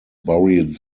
buried